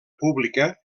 pública